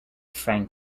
frank